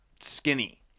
skinny